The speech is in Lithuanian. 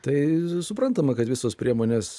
tai suprantama kad visos priemonės